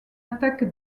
attaque